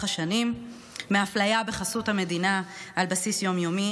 השנים מאפליה בחסות המדינה על בסיס יום-יומי.